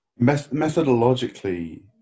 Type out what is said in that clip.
methodologically